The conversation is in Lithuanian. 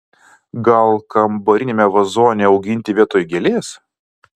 gal kambariniame vazone auginti vietoj gėlės